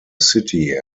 city